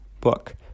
book